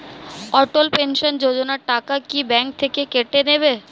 অটল pension Yojana টাকা কি bank থেকে কেটে নেবে?